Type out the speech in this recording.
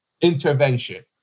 intervention